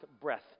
breath